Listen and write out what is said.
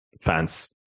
fans